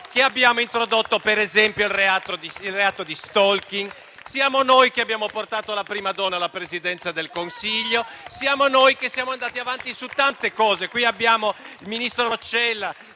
che abbiamo introdotto, per esempio, il reato di *stalking*, siamo noi che abbiamo portato la prima donna alla Presidenza del Consiglio, siamo noi che siamo andati avanti su tante cose. Qui abbiamo il ministro Roccella